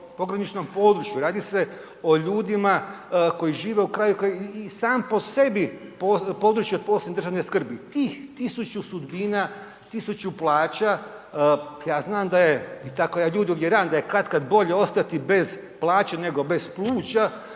pograničnom području, radi se o ljudima koji žive u kraju koji je i sam po sebi područje od posebne države skrbi, tih 1000 sudbina, 1000 plaća. Ja znam da je i tako ja ljude uvjeravam da je katkad bolje ostati bez plaće nego bez pluća,